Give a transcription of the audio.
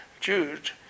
Jude